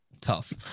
tough